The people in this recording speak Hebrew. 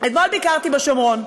אתמול ביקרתי בשומרון,